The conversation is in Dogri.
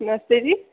नमस्ते जी